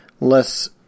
less